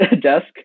desk